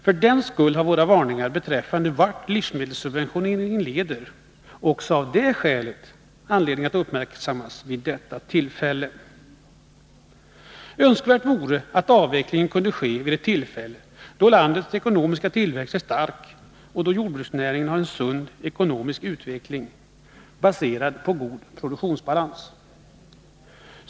För den skull finns det anledning att vid detta tillfälle uppmärksamma våra varningar beträffande vart livsmedelssubventioneringen leder. Önskvärt vore att avvecklingen kunde ske vid ett tillfälle då landets ekonomiska tillväxt är stark och då jordbruksnäringen har en sund ekonomisk utveckling baserad på god produktionsbalans.